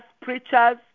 preachers